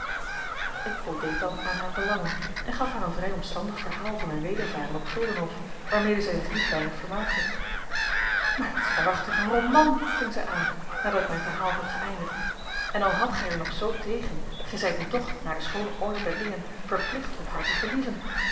ik voldeed dan aan haar verlangen en gaf haar een vrij omstandig verhaal van mijn wedervaren op guldenhof waarmede zij zich niet weinig vermaakte maar dat is waarachtig een roman ving zij aan nadat ik mijn verhaal had geëindigd en al hadt gij er nog zoo tegen gij zijt nu toch naar de schoone orde der dingen verplicht op haar te verlieven